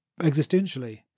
existentially